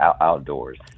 outdoors